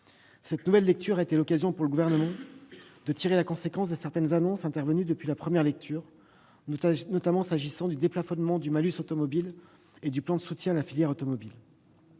Celle nouvelle lecture a été l'occasion pour le Gouvernement de tirer les conséquences de certaines annonces intervenues depuis la première lecture, notamment s'agissant du déplafonnement du malus automobile et du plan de soutien à la filière automobile.